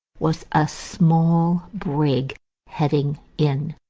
was a small brig heading in.